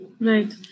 Right